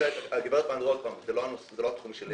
זה לא התחום שלי.